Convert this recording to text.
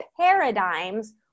paradigms